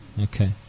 Okay